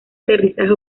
aterrizaje